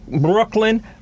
Brooklyn